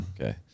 okay